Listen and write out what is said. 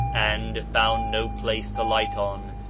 and found no place to light on,